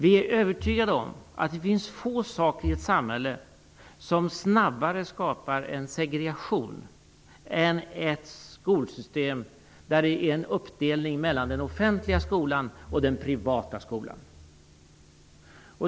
Vi är övertygade om att det finns få saker i ett samhälle som snabbare skapar en segregation än ett skolsystem där det sker en uppdelning mellan den offentliga skolan och den privata skolan.